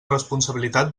responsabilitat